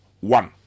one